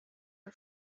her